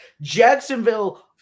Jacksonville